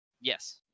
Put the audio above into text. Yes